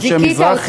משה מזרחי,